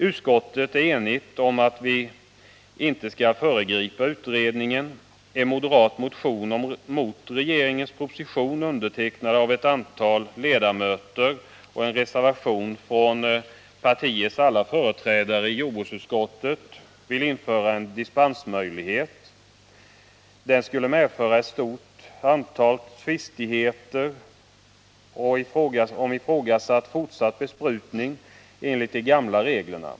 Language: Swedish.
Utskottet är tyvärr inte enigt om att vi inte skall föregripa utredningen. I en moderat motion mot regeringens proposition, undertecknad av ett antal ledamöter, och i en reservation från partiets alla företrädare i jordbruksutskottet vill man införa en dispensmöjlighet. Den skulle medföra ett stort antal tvistigheter om ifrågasatt fortsatt besprutning enligt de gamla reglerna.